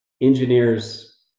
engineers